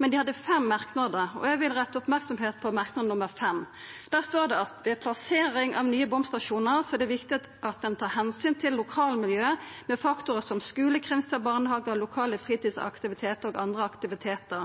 men dei hadde fem merknader. Eg vil retta merksemda mot merknad nr. 5. Der står det at ved plassering av nye bomstasjonar er det viktig at ein tar omsyn til lokalmiljøet, med faktorar som skulekretsar, barnehagar, lokale fritidsaktivitetar og andre aktivitetar.